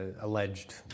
alleged